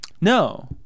No